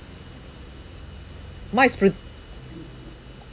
mine is Prudential